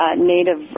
native